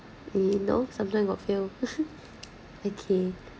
we know sometime got feel okay